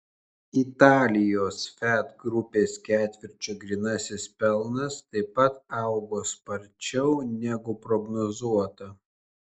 italijos fiat grupės ketvirčio grynasis pelnas taip pat augo sparčiau negu prognozuota